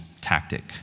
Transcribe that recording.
tactic